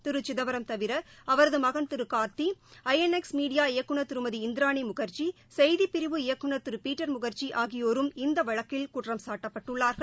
திரு சிதம்பரம் தவிர அவரது மகன் Thiru Karti I N X media இயக்குநர் திருமதி இந்திராணி முகர்ஜி அகுள் செய்தி பிரிவு இயக்குநர் திரு பீட்டர் முகர்ஜி ஆகியோரும் இந்த வழக்கில் குற்றம் சாட்டப்பட்டுள்ளார்கள்